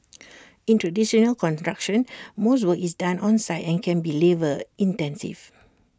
in traditional construction most work is done on site and can be labour intensive